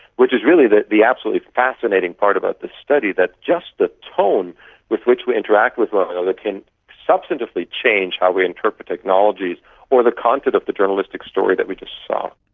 which is really the the absolutely fascinating part about this study, that just the tone with which we interact with one another can substantively change how we interpret technologies or the content of the journalistic story that we just saw.